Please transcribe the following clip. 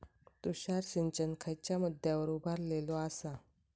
तुषार सिंचन खयच्या मुद्द्यांवर उभारलेलो आसा?